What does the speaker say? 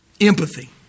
empathy